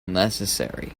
necessary